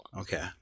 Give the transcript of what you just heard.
Okay